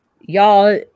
y'all